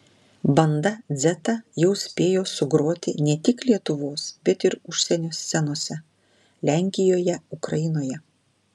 banda dzeta jau spėjo sugroti ne tik lietuvos bet ir užsienio scenose lenkijoje ukrainoje